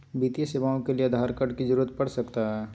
वित्तीय सेवाओं के लिए आधार कार्ड की जरूरत पड़ सकता है?